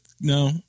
No